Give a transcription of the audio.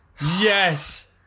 Yes